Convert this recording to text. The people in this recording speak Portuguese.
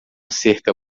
cerca